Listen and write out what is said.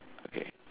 okay